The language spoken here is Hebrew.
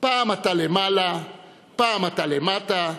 פעם אתה למעלה ופעם אתה למטה,